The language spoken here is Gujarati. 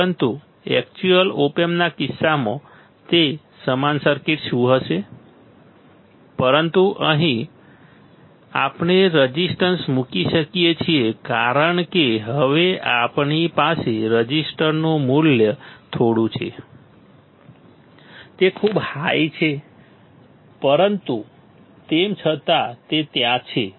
પરંતુ એક્ચ્યુઅલ ઓપ એમ્પના કિસ્સામાં તે સમાન સર્કિટ શું હશે પરંતુ અહીં આપણે રેઝિસ્ટન્સ મૂકી શકીએ છીએ કારણ કે હવે આપણી પાસે રેઝિસ્ટરનું થોડું મૂલ્ય છે તે ખૂબ હાઈ છે પરંતુ તેમ છતાં તે ત્યાં છે